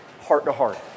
heart-to-heart